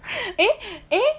eh eh